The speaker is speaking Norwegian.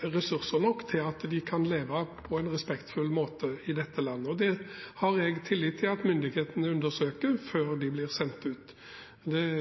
ressurser nok til at de kan leve på en respektfull måte i dette landet. Det har jeg tillit til at myndighetene undersøker før de blir sendt ut.